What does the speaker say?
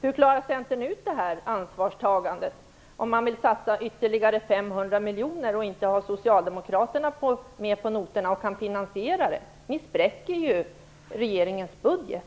Hur klarar Centern ut det här ansvarstagandet om man vill satsa ytterligare 500 miljoner och inte har Socialdemokraterna med på noterna så att man kan finansiera satsningen? Ni spräcker ju regeringens budget.